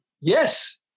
Yes